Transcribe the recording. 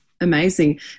amazing